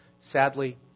Sadly